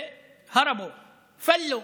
וברחו,